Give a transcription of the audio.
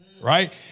right